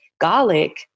garlic